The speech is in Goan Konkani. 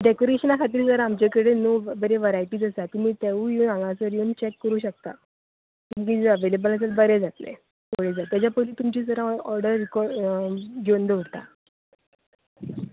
डॅकोरेशना खातीर सर आमच्या कडेन नू बरीं वरायटीझ आसा तुमी तेंवूय येवन हांगासर येवन चॅक करूंक शकतात तुमी जर अवेलेबल आसत बरें जातलें तेज्या पयली तुमची सर ऑर्डर को घेवन दवरतां